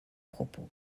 propos